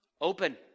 open